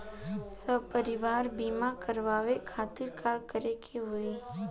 सपरिवार बीमा करवावे खातिर का करे के होई?